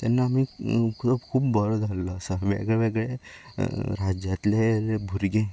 तेन्ना आमी खूब बरो जाल्लो आसा वेगळे वेगळे राज्यांतले भुरगे